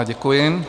Děkuji.